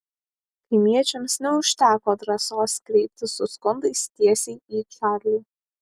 kaimiečiams neužteko drąsos kreiptis su skundais tiesiai į čarlį